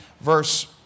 verse